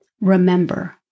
Remember